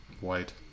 white